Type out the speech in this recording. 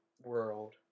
world